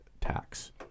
tax